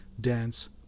Dance